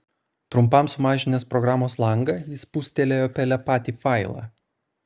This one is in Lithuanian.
trumpam sumažinęs programos langą jis spustelėjo pele patį failą